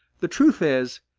the truth is,